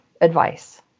advice